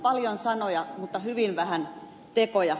paljon sanoja mutta hyvin vähän tekoja